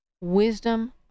wisdom